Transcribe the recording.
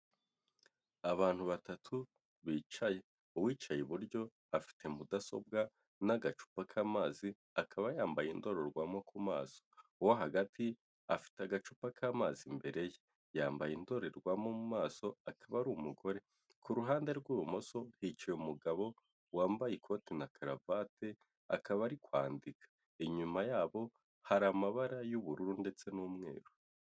Abantu batatu bicaye. Uwicaye iburyo afite mudasobwa n'agacupa k'amazi, akaba yambaye indorerwamo ku maso. Uwo hagati afite agacupa k'amazi imbere ye. Yambaye indorerwamo mu maso akaba ari umugore. Ku ruhande rw'ibumoso, hicaye umugabo wambaye ikote na karavate, akaba ari kwandika. Inyuma yabo hari amabara y'ubururu ndetse n'umweru.